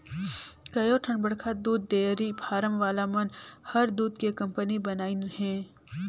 कयोठन बड़खा दूद डेयरी फारम वाला मन हर दूद के कंपनी बनाईंन हें